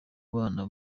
bana